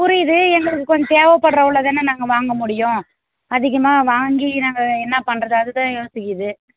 புரியுது எங்களுக்கு கொஞ்சம் தேவபடுற அளவில் தானே நாங்கள் வாங்க முடியும் அதிகமாக வாங்கி நாங்கள் என்ன பண்ணுறது அது தான் யோசிக்கிறது